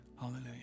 Hallelujah